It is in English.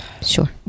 sure